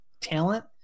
talent